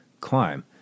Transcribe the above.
climb